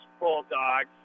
Bulldogs